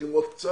צריכים עוד קצת,